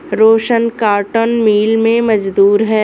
रोशन cotton mill में मजदूर है